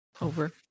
Over